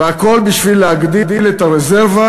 והכול בשביל להגדיל את הרזרבה,